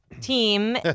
team